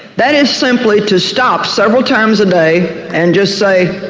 that is simply to stop several times a day and just say,